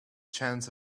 chance